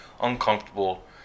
uncomfortable